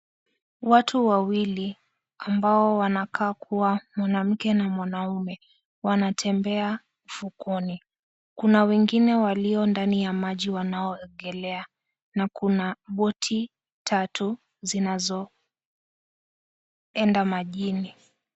Watu wawili ambao wanakaa kuwa mwanamke na mwanaume, wanatembea ufukoni. Kuna wengine walio ndani ya maji wanaoegelea, na kuna boti tatu zinazoenda majini.